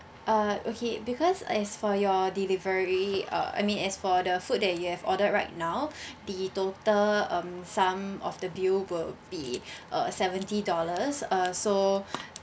uh okay because as for your delivery uh I mean as for the food that you have ordered right now the total um some of the bill will be uh seventy dollars uh so